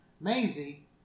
Maisie